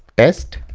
test